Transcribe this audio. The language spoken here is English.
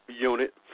unit